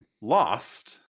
lost